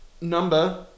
number